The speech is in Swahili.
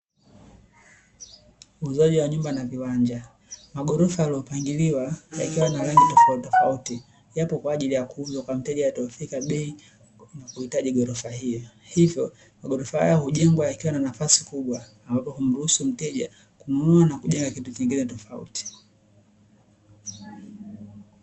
Uuzaji wa nyumba na viwanja magorofa yaliyopangiliwa na aina tofauti tofauti, yapo kwaajili ya kuuzwa kwa wateja watao fika bei na kulihitaji magorofa hiyo, magorofa haya hujengwa yakiwa na nafasi kubwa ambapo kumruhusu mteja kununua na kuja kitu kingine tofauti.